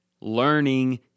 learning